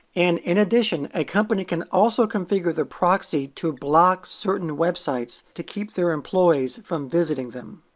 and in addition, a company can also configure the proxy to block certain websites to keep their employees from visiting them.